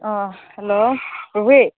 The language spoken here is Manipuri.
ꯑꯥ ꯍꯜꯂꯣ ꯎꯋꯤ